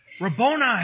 Rabboni